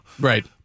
Right